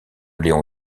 léon